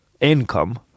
income